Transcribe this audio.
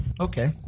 Okay